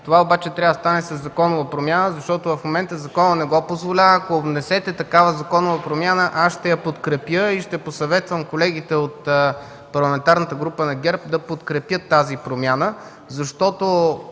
Това трябва да стане със законова промяна, защото в момента законът не го позволява. Ако внесете законова промяна, ще я подкрепя и ще посъветвам колегите от Парламентарната група на ГЕРБ да подкрепят тази промяна. ЕРП-та